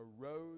arose